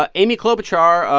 but amy klobuchar,